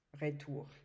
retour